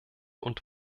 und